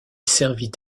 servit